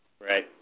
Right